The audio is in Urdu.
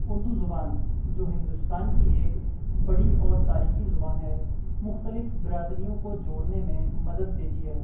اردو زبان جو ہندوستان کی ایک بڑی اور تاریخی زبان ہے مختلف برادریوں کو جوڑنے میں مدد دیتی ہے